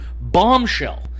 bombshell